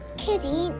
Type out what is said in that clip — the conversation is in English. kitty